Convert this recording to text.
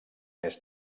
més